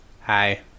Hi